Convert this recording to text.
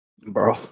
Bro